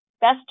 best